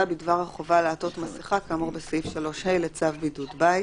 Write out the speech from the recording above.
בדבר החובה לעטות מסכה כאמור בסעיף 3ה לצו בידוד בית.